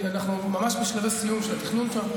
אנחנו ממש בשלבי סיום של התכנון שם,